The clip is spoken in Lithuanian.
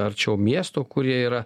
arčiau miesto kurie yra